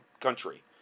country